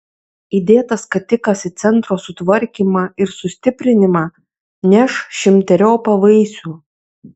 įdėtas skatikas į centro sutvarkymą ir sustiprinimą neš šimteriopą vaisių